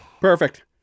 Perfect